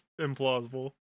implausible